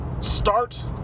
Start